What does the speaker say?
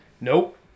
Nope